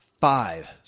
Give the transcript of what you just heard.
Five